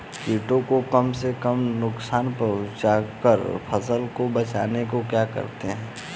कीटों को कम से कम नुकसान पहुंचा कर फसल को बचाने को क्या कहते हैं?